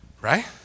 right